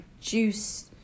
juice